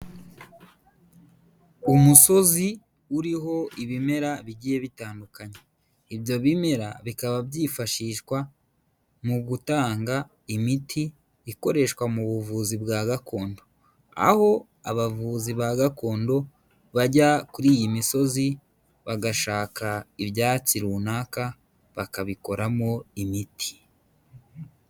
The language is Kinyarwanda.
Umusozi uriho ibimera bigiye bitandukanye. Ibyo bimera bikaba byifashishwa mu gutanga imiti ikoreshwa mu buvuzi bwa gakondo. Aho abavuzi ba gakondo bajya kuri iyi misozi bagashaka ibyatsi runaka bakabikoramo imiti.